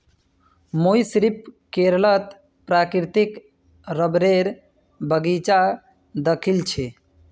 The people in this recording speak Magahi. मुई सिर्फ केरलत प्राकृतिक रबरेर बगीचा दखिल छि